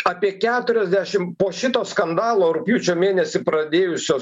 apie keturiasdešim po šito skandalo rugpjūčio mėnesį pradėjusios